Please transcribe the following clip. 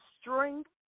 strength